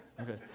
Okay